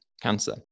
cancer